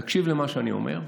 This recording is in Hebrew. תקשיב למה שאני אומר,